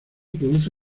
produce